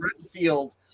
Redfield